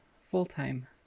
full-time